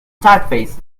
typefaces